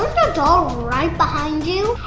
doll right behind you.